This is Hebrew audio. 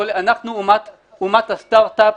אנחנו אומת הסטרטאפ,